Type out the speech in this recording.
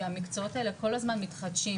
כי המקצועות האלה כל הזמן מתחדשים,